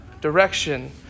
direction